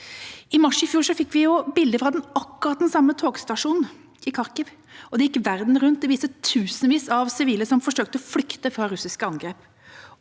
I mars i fjor fikk vi bilder fra akkurat den samme togstasjonen i Kharkiv, og de gikk verden rundt. De viste tusenvis av sivile som forsøkte å flykte fra russiske angrep.